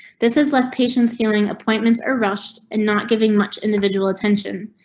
this is left patients feeling appointments or rushed and not giving much individual attention.